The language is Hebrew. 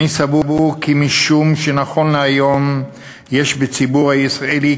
אני סבור כך משום שנכון להיום יש בציבור הישראלי,